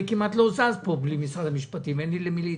אני כמעט לא זז פה בלי משרד המשפטים אין לי למי ---.